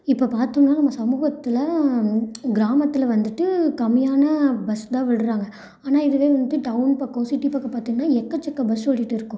இப்போ பார்த்தம்னா நம்ம சமூகத்தில் கிராமத்தில் வந்துட்டு கம்மியான பஸ்தான் விடறாங்க ஆனால் இதுவே வந்துட்டு டவுன் பக்கம் சிட்டி பக்கம் பார்த்தீங்கன்னா எக்கச்சக்க பஸ் ஓடிகிட்டு இருக்கும்